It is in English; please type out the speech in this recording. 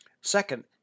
Second